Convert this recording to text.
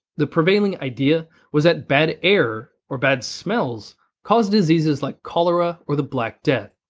the prevailing idea was that bad air or bad smells caused diseases like cholera or the black death.